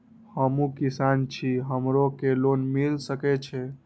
हमू किसान छी हमरो के लोन मिल सके छे?